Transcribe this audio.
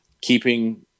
Keeping